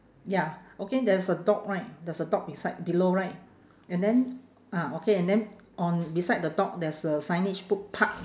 ya okay there's a dog right there's a dog beside below right and then ah okay and then on beside the dog there's a signage put park